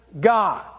God